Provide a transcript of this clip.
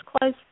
close